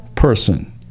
person